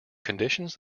conditions